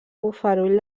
bofarull